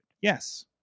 Yes